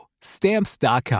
Stamps.com